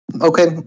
Okay